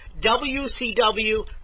WCW